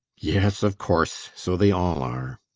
yes, of course so they all are.